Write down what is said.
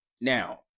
Now